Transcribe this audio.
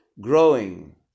growing